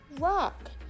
rock